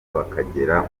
bakagera